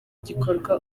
gikorwa